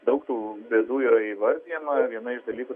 daug tų bėdų yra įvardijama viena iš dalykų